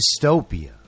dystopia